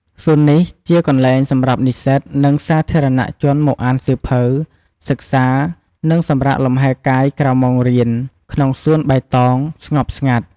សួននេះ ជាកន្លែងសម្រាប់និស្សិត និងសាធារណៈជនមកអានសៀវភៅ សិក្សា និងសម្រាកលំហែកាយក្រៅម៉ោងរៀន ក្នុងសួនបៃតង ស្ងប់ស្ងាត់។